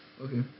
Okay